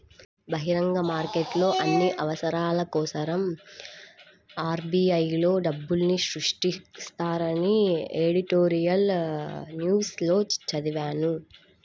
బహిరంగ మార్కెట్లో అన్ని అవసరాల కోసరం ఆర్.బి.ఐ లో డబ్బుల్ని సృష్టిస్తారని ఎడిటోరియల్ న్యూస్ లో చదివాను